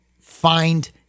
find